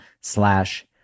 slash